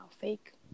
fake